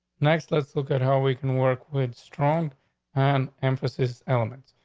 next. let's look at how we can work with strong and emphasis elements.